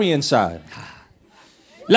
inside